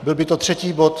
Byl by to třetí bod?